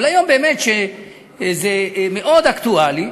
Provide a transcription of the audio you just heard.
אבל היום, באמת, זה מאוד אקטואלי.